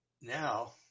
now